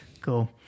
cool